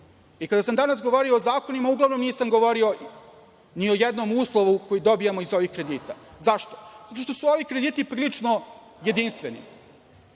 sam danas govorio o zakonima, uglavnom nisam govorio ni o jednom uslovu koji dobijamo iz ovih kredita. Zašto? Zato što su ovi krediti prilično jedinstveni.